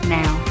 now